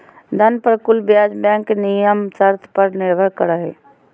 धन पर कुल ब्याज बैंक नियम शर्त पर निर्भर करो हइ